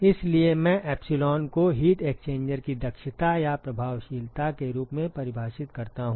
इसलिए मैं एप्सिलॉन को हीट एक्सचेंजर की दक्षता या प्रभावशीलता के रूप में परिभाषित करता हूं